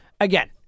again